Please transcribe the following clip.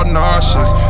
nauseous